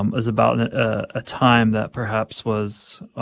um is about a time that perhaps was,